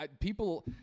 people